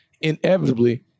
inevitably